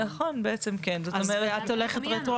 נכון בעצם כן, זאת אומרת רטרואקטיבית.